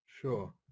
Sure